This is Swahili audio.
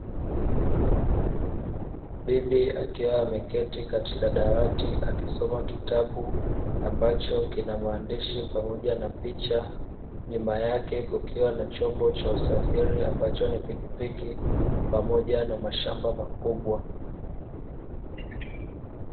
Bibi akiwa ameketi katika dawati akisoma kitabu ambacho kina maandishi pamoja na picha, nyuma yake kukiwa na chombo cha usafiri ambacho ni pikipiki pamoja na mashamba makubwa.